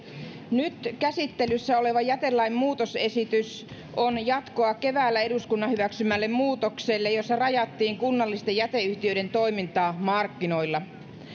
nyt käsittelyssä oleva jätelain muutosesitys on jatkoa keväällä eduskunnan hyväksymälle muutokselle jossa rajattiin kunnallisten jäteyhtiöiden toimintaa markkinoilla